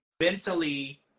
Mentally